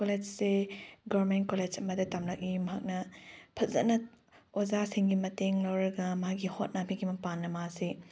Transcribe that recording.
ꯀꯣꯂꯦꯖꯁꯦ government college ꯑꯃꯗ ꯇꯝꯂꯛꯏ ꯃꯍꯥꯛꯅ ꯐꯖꯅ ꯑꯣꯖꯥꯁꯤꯡꯒꯤ ꯃꯇꯦꯡ ꯂꯧꯔꯒ ꯃꯥꯒꯤ ꯍꯣꯠꯅꯕꯒꯤ ꯃꯄꯥꯟꯅ ꯃꯥꯁꯦ